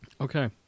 Okay